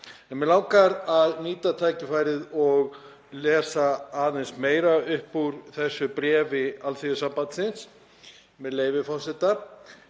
En mig langar að nýta tækifærið og lesa aðeins meira upp úr þessu bréfi Alþýðusambandsins, með leyfi forseta: